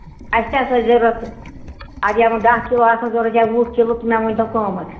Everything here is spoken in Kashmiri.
اَسہِ تہِ ہسا چھِ ضوٚرتھ یِم دہ کِلوٗ آسان ضوٚرتھ یا وُہ کِلوٗ مےٚ ؤنۍ تو قۭمَتھ